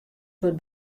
wurdt